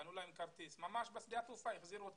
קנו להם כרטיס וממש בשדה התעופה החזירו אותם.